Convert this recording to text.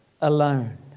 alone